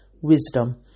Wisdom